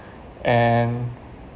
and